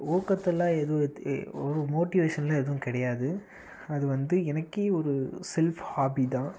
ஊக்கத்தெலாம் எதுவும் மோட்டிவேஷனெலாம் எதுவும் கிடையாது அது வந்து எனக்கே ஒரு செல்ஃப் ஹாபி தான்